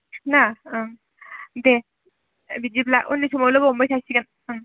ना ओं दे बिदिब्ला उननि समाव लोगो हमबाय थासिगोन ओं